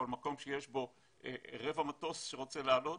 בכל מקום שיש בו רבע מטוס שרוצה לטוס,